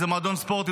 אם זה מועדון ספורט,